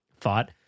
thought